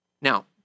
now